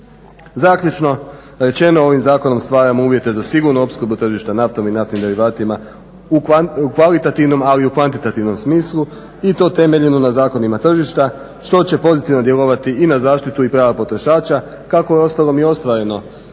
Zaključno rečeno ovim zakonom stvaramo uvjete za sigurnu opskrbu tržišta naftom i naftnim derivatima u kvalitativnom, ali i u kvantitativnom smislu i to temeljenu na zakonima tržišta što će pozitivno djelovati i na zaštitu i prava potrošača kako je uostalom